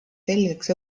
selgeks